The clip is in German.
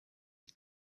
die